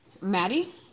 Maddie